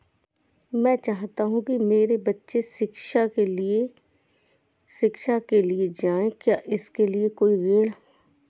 मैं चाहता हूँ कि मेरे बच्चे उच्च शिक्षा के लिए जाएं क्या इसके लिए कोई ऋण है?